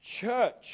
church